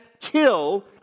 kill